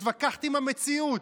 התווכחת עם המציאות,